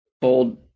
bold